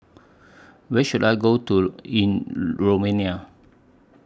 Where should I Go to in Romania